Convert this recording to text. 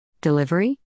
Delivery